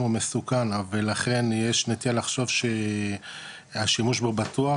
הוא מסוכן ולכן יש נטייה לחשוב שהשימוש בו בטוח,